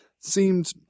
seemed